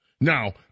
now